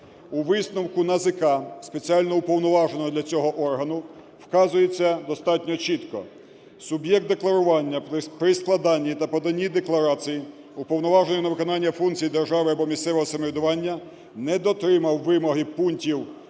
У висновку НАЗК, спеціально уповноваженого для цього органу, вказується достатньо чітко: "Суб'єкт декларування при складанні та поданні декларації уповноваженого на виконання функцій держави або місцевого самоврядування не дотримав вимоги пунктів